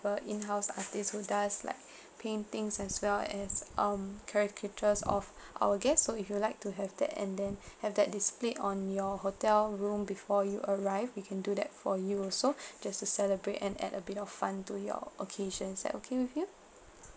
a in house artist who does like paintings as well as um caricatures of our guests so if you'd like to have that and then have that displayed on your hotel room before you arrive we can do that for you also just to celebrate and add a bit of fun to your occasion is that okay with you